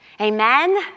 Amen